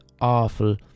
awful